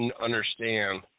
understand